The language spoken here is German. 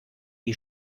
die